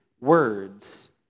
words